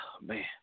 Man